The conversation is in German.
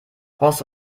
horst